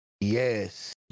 Yes